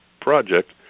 project